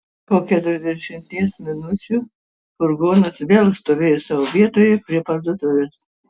po keturiasdešimties minučių furgonas vėl stovėjo savo vietoje prie parduotuvės